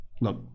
look